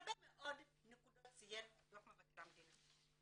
הרבה מאוד נקודות ציין דו"ח מבקר המדינה.